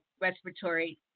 respiratory